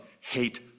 hate